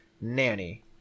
Nanny